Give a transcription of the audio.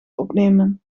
opnemen